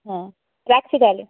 হ্যাঁ রাখছি তাহলে